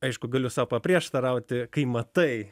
aišku galiu sau paprieštarauti kai matai